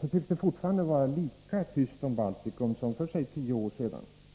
tycks det dock fortfarande vara lika tyst om Baltikum som för tio år sedan.